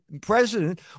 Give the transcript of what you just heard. president